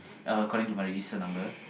uh according to my register number